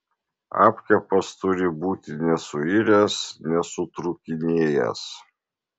apkepas turi būti nesuiręs nesutrūkinėjęs